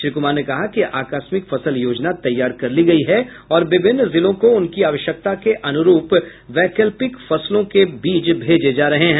श्री कुमार ने कहा कि आकस्मिक फसल योजना तैयार कर ली गयी है और विभिन्न जिलों को उनकी आवश्यकता के अनुरूप वैकल्पिक फैसलों के बीज भेजे जा रहे हैं